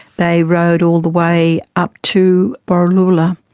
they rode all the way up to borroloola